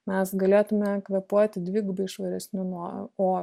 mes galėtume kvėpuoti dvigubai švaresniu nuo oru